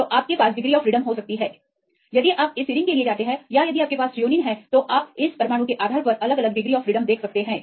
तो आपके पास घुमाव हो सकती हैं यदि आप इस सीरिन के लिए जाते हैं या यदि आपके पास थ्रीओनिन है तो आप इस परमाणु के आधार पर अलग अलग घुमाव देख सकते हैं